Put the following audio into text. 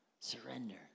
Surrender